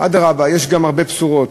אדרבה, יש גם הרבה בשורות.